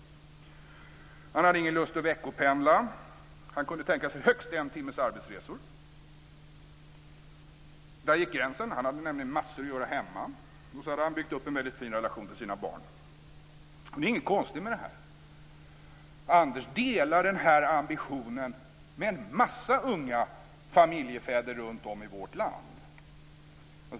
Han hade ingen lust att veckopendla. Han kunde tänka sig högst en timmes arbetsresor. Där gick gränsen. Han hade nämligen massor att göra hemma. Så hade han byggt upp en väldigt fin relation till sina barn. Det är inget konstigt med detta. Anders delar denna ambition med en massa unga familjefäder runtom i vårt land.